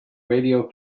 radio